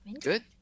Good